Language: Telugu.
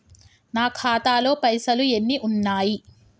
నా ఖాతాలో పైసలు ఎన్ని ఉన్నాయి?